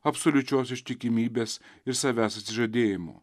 absoliučios ištikimybės ir savęs atsižadėjimo